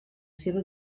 seva